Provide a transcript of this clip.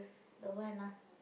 don't want lah